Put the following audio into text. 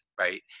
right